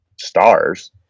stars